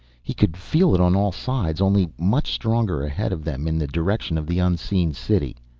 he could feel it on all sides only much stronger ahead of them in the direction of the unseen city.